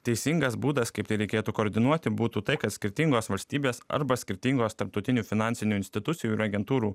teisingas būdas kaip tai reikėtų koordinuoti būtų tai kad skirtingos valstybės arba skirtingos tarptautinių finansinių institucijų ir agentūrų